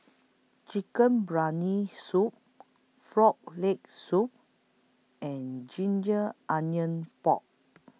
Chicken Briyani Soup Frog Leg Soup and Ginger Onions Pork